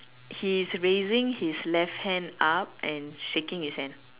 he's raising his left hand up and shaking his hand